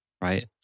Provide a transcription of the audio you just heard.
right